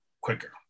quicker